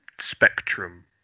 spectrum